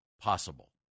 possible